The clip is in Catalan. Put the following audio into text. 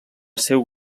seu